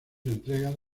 entregas